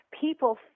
people